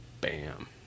Bam